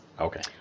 Okay